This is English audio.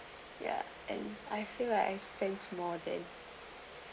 ya and I feel like I spend to more day